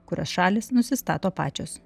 kurios šalys nusistato pačios